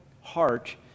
heart